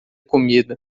comida